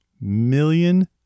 million